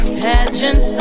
pageant